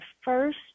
first